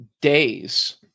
days